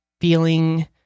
feeling